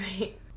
Right